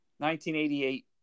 1988